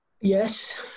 Yes